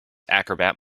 acrobat